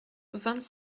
vingt